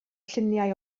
lluniau